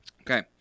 okay